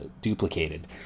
duplicated